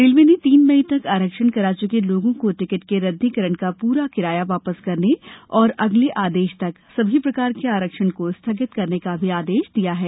railway ने तीन मई तक आरक्षण करा चुके लोगों को टिकट के रद्दीकरण पर प्ररा किराया वापस करने तथा अगले आदेश तक सभी प्रकार के आरक्षण को स्थगित करने का भी आदेश दिया है